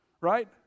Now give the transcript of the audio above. Right